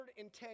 110